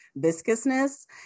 viscousness